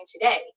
today